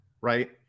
right